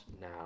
now